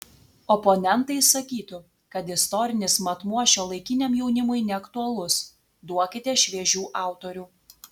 oponentai sakytų kad istorinis matmuo šiuolaikiniam jaunimui neaktualus duokite šviežių autorių